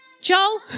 Joel